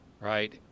right